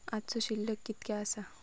आजचो शिल्लक कीतक्या आसा?